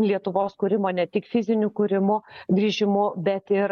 lietuvos kūrimo ne tik fiziniu kūrimu grįžimu bet ir